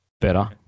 better